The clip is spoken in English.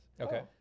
okay